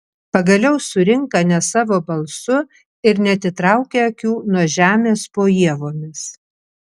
pagaliau surinka ne savo balsu ir neatitraukia akių nuo žemės po ievomis